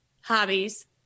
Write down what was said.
hobbies